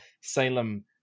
Salem